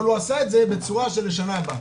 אבל הוא עשה את זה בצורה של לשנה הבאה.